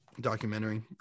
documentary